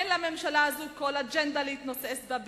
אין לממשלה הזאת כל אג'נדה להתנוסס בה,